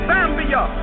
Zambia